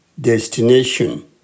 Destination